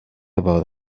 about